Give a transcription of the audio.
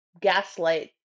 gaslight